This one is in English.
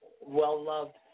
well-loved